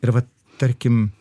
ir vat tarkim